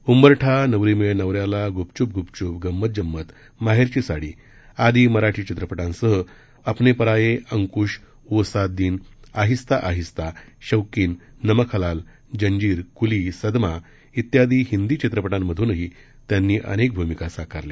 उंबरठा नवरी मिळे नवऱ्याला गुपचुप गुपचूप गंमत जंमत माहेरची साडी आदी मराठी चित्रपटांसह अपने पराये अंकृश वो सात दिन आहिस्ता आहिस्ता शौकीन नमक हलाल जंजीर कुली सदमा आदी हिंदी चित्रपटांमधूनही अनेक भूमिका साकारल्या